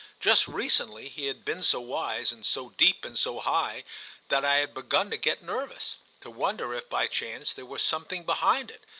just recently he had been so wise and so deep and so high that i had begun to get nervous to wonder if by chance there were something behind it,